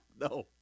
No